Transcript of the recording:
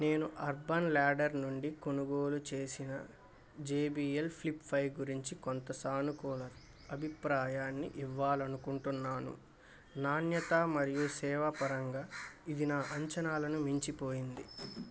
నేను Urban Ladder నుండి కొనుగోలు చేసిన J B L Flip five గురించి కొంత సానుకూల అభిప్రాయాన్ని ఇవ్వాలి అనుకుంటున్నాను నాణ్యత మరియు సేవ పరంగా ఇది నా అంచనాలను మించిపోయింది